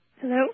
hello